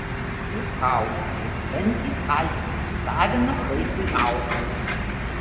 ir kaulai ir dantys kalcį įsisavina vaikui augant